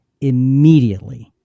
Immediately